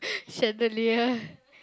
chandelier